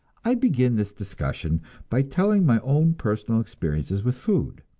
i begin this discussion by telling my own personal experiences with food.